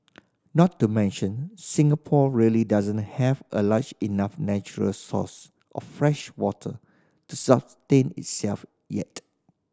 not to mention Singapore really doesn't have a large enough natural source of freshwater to sustain itself yet